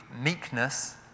Meekness